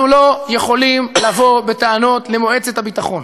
אנחנו לא יכולים לבוא בטענות למועצת הביטחון,